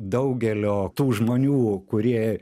daugelio tų žmonių kurie